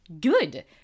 good